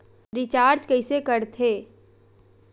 Recharge कइसे कर थे?